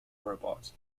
robot